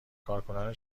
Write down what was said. کارکنان